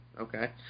okay